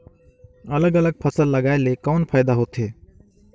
अलग अलग फसल लगाय ले कौन फायदा होथे?